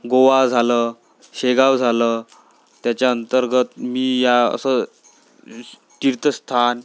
गोवा झालं शेगाव झालं त्याच्या अंतर्गत मी या असं एस तीर्थस्थान